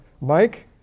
Mike